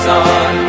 on